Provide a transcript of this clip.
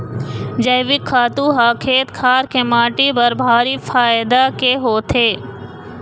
जइविक खातू ह खेत खार के माटी बर भारी फायदा के होथे